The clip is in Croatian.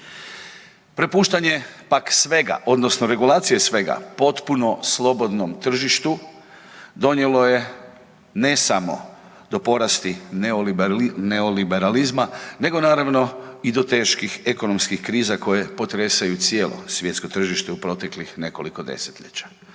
Prepuštanje pak svega odnosno regulacije svega potpuno slobodnom tržištu donijelo je ne samo do porasti neoliberalizma nego naravno i do teških ekonomskih kriza koje potresaju cijelo svjetsko tržište u proteklih nekoliko desetljeća.